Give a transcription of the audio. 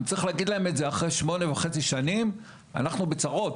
אם צריך להגיד להם את זה אחרי שמונה שנים וחצי אנחנו בצרות,